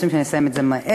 רוצים שאני אסיים את זה מהר,